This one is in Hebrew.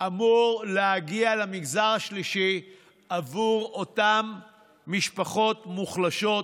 אמור להגיע למגזר השלישי עבור אותן משפחות מוחלשות.